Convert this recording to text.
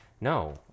No